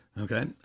okay